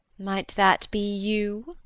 might that be you?